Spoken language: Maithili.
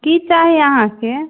कि चाही अहाँके